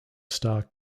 stark